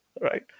right